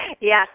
Yes